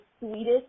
sweetest